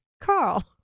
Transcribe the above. Carl